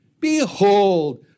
Behold